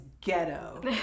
ghetto